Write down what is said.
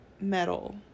metal